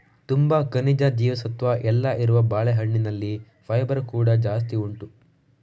ತುಂಬಾ ಖನಿಜ, ಜೀವಸತ್ವ ಎಲ್ಲ ಇರುವ ಬಾಳೆಹಣ್ಣಿನಲ್ಲಿ ಫೈಬರ್ ಕೂಡಾ ಜಾಸ್ತಿ ಉಂಟು